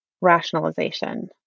rationalization